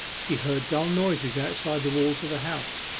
she heard dull noises outside the walls of the house,